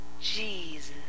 Jesus